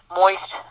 moist